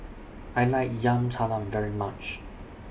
I like Yam Talam very much